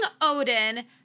Odin